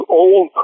old